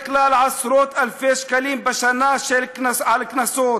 כלל עשרות-אלפי שקלים בשנה על קנסות.